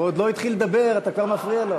הוא עוד לא התחיל לדבר, אתה כבר מפריע לו?